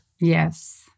Yes